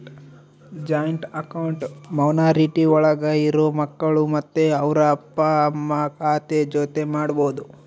joint account minority ಒಳಗ ಇರೋ ಮಕ್ಕಳು ಮತ್ತೆ ಅವ್ರ ಅಪ್ಪ ಅಮ್ಮ ಖಾತೆ ಜೊತೆ ಮಾಡ್ಬೋದು